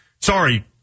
sorry